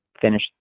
finish